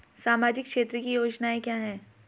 सामाजिक क्षेत्र की योजनाएं क्या हैं?